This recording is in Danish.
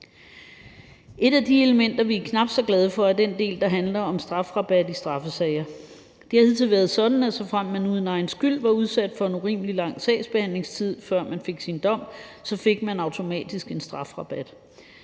Et af de elementer, vi er knap så glade for, er den del, der handler om strafrabat i straffesager. Det har hidtil været sådan, at såfremt man uden egen skyld var udsat for en urimelig lang sagsbehandlingstid, før man fik sin dom, så fik man automatisk en strafrabat.